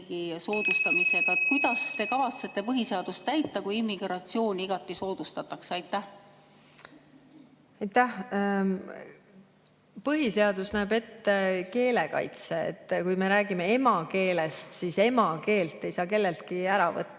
Põhiseadus näeb ette keele kaitse. Kui me räägime emakeelest, siis emakeelt ei saa kelleltki ära võtta.